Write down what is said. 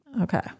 Okay